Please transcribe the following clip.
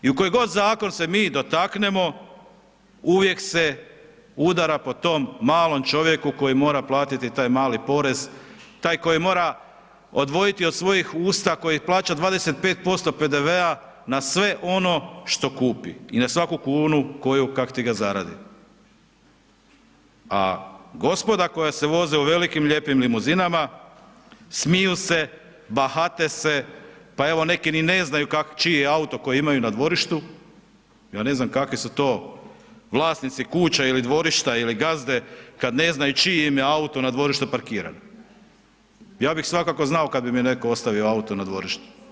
I u koji god zakon se mi dotaknemo, uvijek se udara po tom malom čovjeku koji mora platiti taj mali porez, taj koji mora odvojiti od svojih usta, koji plaća 25% PDV-a na sve ono što kupi i na svaku kunu koju kak ti ga zaradi, a gospoda koja se voze u velikim lijepim limuzinama smiju se, bahate se, pa evo neki ni ne znaju čiji je auto koji imaju na dvorištu, ja ne znam kakvi su to vlasnici kuća ili dvorišta ili gazde kad ne znaju čiji im je auto na dvorištu parkiran, ja bih svakako znao kad bi mi netko ostavio auto na dvorištu.